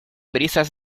brisas